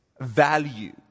value